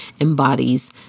embodies